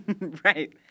Right